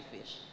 fish